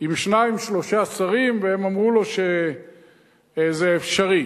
עם שניים-שלושה שרים, והם אמרו לו שזה אפשרי,